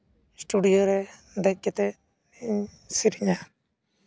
studio ᱨᱮ ᱫᱮᱡ ᱠᱟᱛᱮᱫ ᱤᱧ ᱥᱮᱨᱮᱧᱟ